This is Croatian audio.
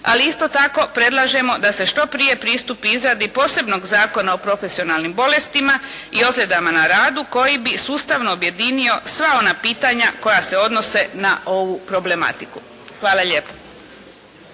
ali isto tako predlažemo da se što prije pristupi izradi posebnog Zakona o profesionalnim bolestima i ozljedama na radu koji bi sustavno objedinio sva ona pitanja koja se odnose na ovu problematiku. Hvala lijepo.